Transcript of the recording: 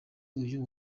uyu